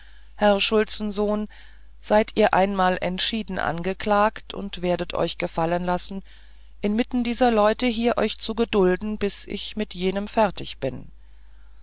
herr schulzensohn seid ihr einmal entschieden angeklagt und werdet euch gefallen lassen inmitten dieser leute hier euch zu gedulden bis ich mit jenem fertig bin